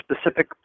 specific